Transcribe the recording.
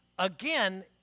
Again